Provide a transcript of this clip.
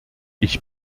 ich